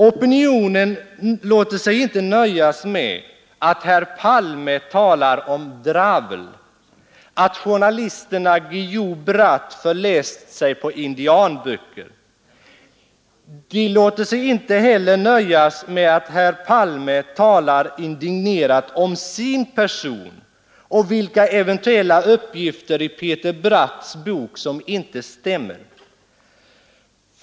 Opinionen låter sig inte nöjas med att herr Palme talar om ”dravel”, att journalisterna Guillou och Bratt förläst sig på indianböcker, de låter sig inte heller nöjas med att herr Palme talar indignerat om sin person och vilka eventuella uppgifter i Peter Bratts bok som inte stämmer.